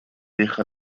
deja